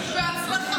בהצלחה.